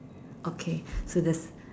okay so this